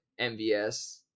MVS